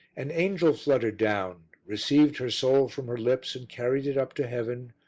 an angel fluttered down, received her soul from her lips and carried it up to heaven,